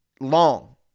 long